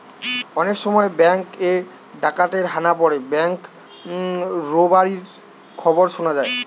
অনেক সময় বেঙ্ক এ ডাকাতের হানা পড়ে ব্যাঙ্ক রোবারির খবর শুনা যায়